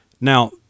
now